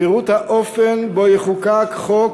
פירוט של האופן שבו יחוקק חוק